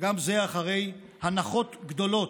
וגם זה אחרי הנחות גדולות.